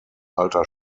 alter